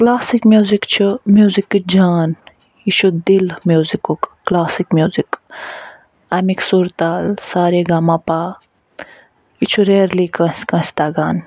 classic music چھُ میوزِکٕچ جان یہِ چھُ دِل میوزِکُک کلاسک میوزِک امیُک سُر تال سا رے گا ما پا یہِ چھُ ریرلی کٲنٛسہِ کٲنٛسہِ تَگان